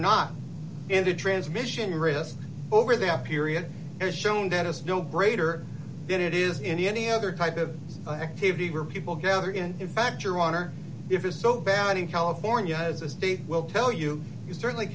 not in the transmission risk over that period has shown that is no greater than it is in any other type of activity where people gather again in fact your honor if it's so bad in california has as they will tell you you certainly